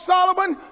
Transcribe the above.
Solomon